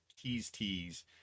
tease-tease